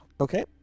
okay